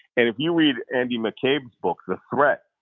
and if you read andy mccabe's book the threat,